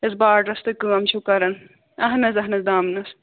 یۅس باڑرَس تُہۍ کٲم چھِو کَران اَہن حظ اَہن حظ دامنَس